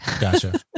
Gotcha